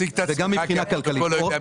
תציג את עצמך, הפרוטוקול לא יודע מי אתה.